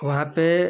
वहाँ पर